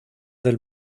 del